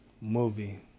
Movie